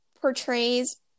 portrays